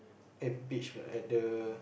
at beach or at the